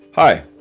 Hi